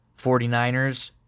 49ers